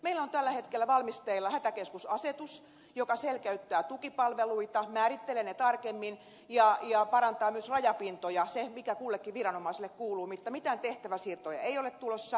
meillä on tällä hetkellä valmisteilla hätäkeskusasetus joka selkeyttää tukipalveluita määrittelee ne tarkemmin ja parantaa myös rajapintoja sitä mikä kullekin viranomaiselle kuuluu mutta mitään tehtävänsiirtoja ei ole tulossa